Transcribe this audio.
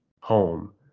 home